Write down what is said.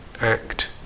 act